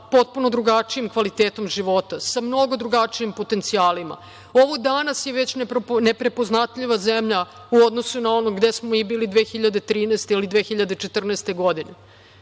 sa potpuno drugačijim kvalitetom života, sa mnogo drugačijim potencijalima. Ovo danas je već neprepoznatljiva zemlja u odnosu na ono gde smo bili 2013. ili 2014. godine,